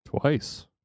Twice